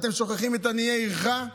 אתם שוכחים את עניי עירך.